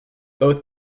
both